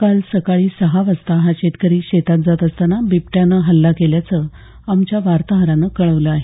काल सकाळी सहा वाजता शेतात जात असताना बिबट्यानं हा हल्ला केल्याचं आमच्या वार्ताहरानं कळवलं आहे